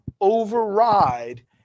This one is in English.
override